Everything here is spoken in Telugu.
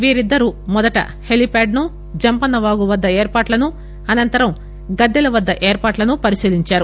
వీరిద్దరూ మొదట హెలిప్యాడ్ ను జంపన్న వాగు వద్ద ఏర్పాట్లను అనంతరం గద్దెల వద్ద ఏర్పాట్లను పరిశీలించారు